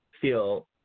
feel